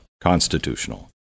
constitutional